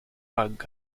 bug